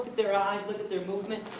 their eyes, look at their movement.